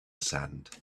sand